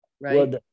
right